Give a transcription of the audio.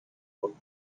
woke